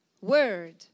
word